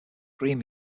cream